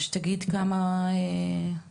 שתגיד גם מה היא דעתה.